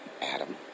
Adam